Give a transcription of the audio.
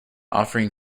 offering